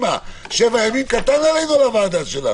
כי קשה לכם לעקוב אחרי זה.